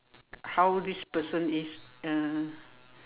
how this person is uh